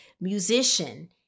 musician